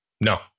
no